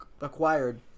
acquired